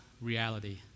reality